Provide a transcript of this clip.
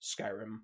Skyrim